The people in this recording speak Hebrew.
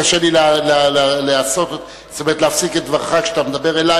קשה לי להפסיק את דבריך כשאתה מדבר אלי,